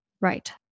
right